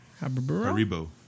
Haribo